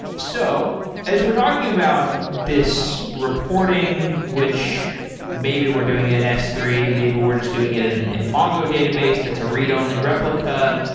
so as we're talking about this reporting, which maybe we're doing it in s three. maybe we're just doing it it in in a mongo database that's a read-only replica.